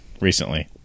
recently